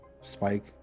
Spike